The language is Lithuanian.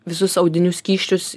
visus audinių skysčius